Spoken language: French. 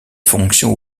fonctions